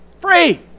Free